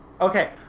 okay